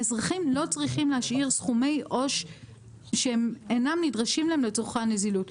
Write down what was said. האזרחים לא צריכים להשאיר סכומי עו"ש שאינם נדרשים להם לצרכי הנזילות.